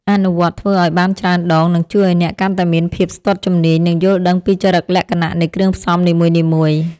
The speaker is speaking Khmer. អនុវត្តធ្វើឱ្យបានច្រើនដងនឹងជួយឱ្យអ្នកកាន់តែមានភាពស្ទាត់ជំនាញ និងយល់ដឹងពីចរិតលក្ខណៈនៃគ្រឿងផ្សំនីមួយៗ។